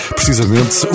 Precisamente